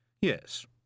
Yes